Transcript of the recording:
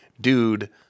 dude